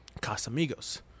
Casamigos